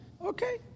okay